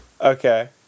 Okay